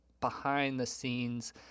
behind-the-scenes